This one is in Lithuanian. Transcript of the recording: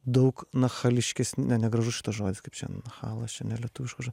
daug nachališkesni ne negražus žodis kaip čia nachalas čia nelietuviškas žo